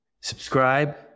subscribe